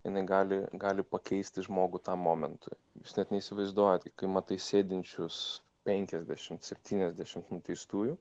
jinai gali gali pakeisti žmogų tam momentui jūs net neįsivaizduojat kai matai sėdinčius penkiasdešimt septyniasdešimt nuteistųjų